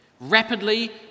rapidly